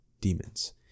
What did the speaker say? demons